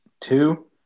Two